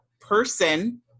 person